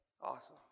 Awesome